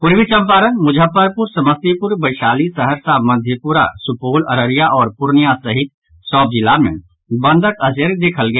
पूर्वी चम्पारण मुजफ्फरपुर समस्तीपुर वैशाली सहरसा मधेपुरा सुपौल अररिया आओर पूर्णियां सहित सभ जिला मे बंदक असरि देखल गेल